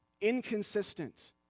inconsistent